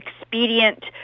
expedient